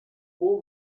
more